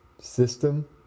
system